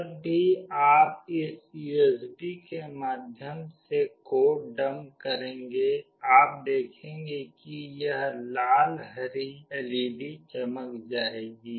जब भी आप इस यूएसबी के माध्यम से कोड डंप करेंगे आप देखेंगे कि यह लाल हरी एलईडी चमक जाएगी